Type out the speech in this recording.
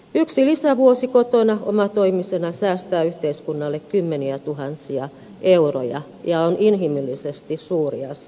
yksi lisävuosi kotona omatoimisena säästää yhteiskunnalle kymmeniätuhansia euroja ja on inhimillisesti suuri asia